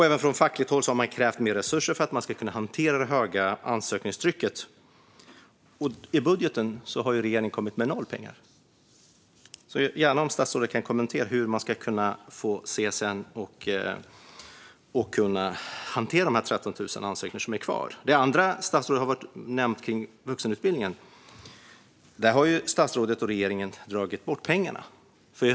Även från fackligt håll har man krävt mer resurser för att man ska kunna hantera det höga ansökningstrycket. Men i budgeten har regeringen kommit med noll pengar. Statsrådet får gärna kommentera hur man ska göra för att CSN ska kunna hantera dessa 13 000 ansökningar som är kvar. Det andra som statsrådet har nämnt är vuxenutbildningen. Men där har ju statsrådet och regeringen dragit bort pengarna.